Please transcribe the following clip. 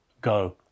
go